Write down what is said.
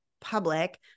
public